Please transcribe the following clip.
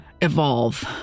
evolve